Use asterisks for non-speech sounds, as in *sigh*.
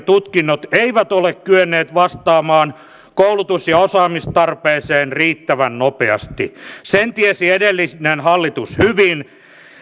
*unintelligible* tutkinnot eivät ole kyenneet vastaamaan koulutus ja osaamistarpeeseen riittävän nopeasti sen tiesi edellinen hallitus hyvin